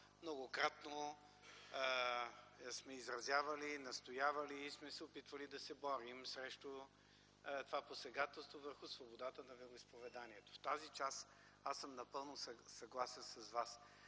многократно сме изразявали, настоявали и сме се опитвали да се борим срещу това посегателство върху свободата на вероизповеданието. В тази част аз съм напълно съгласен с Вас.